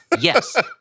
Yes